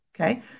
Okay